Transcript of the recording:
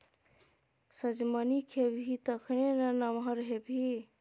सजमनि खेबही तखने ना नमहर हेबही